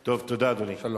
טוב, תודה, אדוני, שלום.